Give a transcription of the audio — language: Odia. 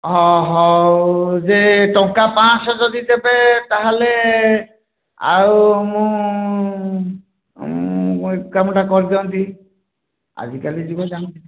ହଁ ହେଉ ଯେ ଟଙ୍କା ପାଞ୍ଚଶହ ଯଦି ଦେବେ ତା'ହେଲେ ଆଉ ମୁଁ ଏ କାମଟା କରିଦିଅନ୍ତି ଆଜିକାଲି ଯୁଗ ଯେମତି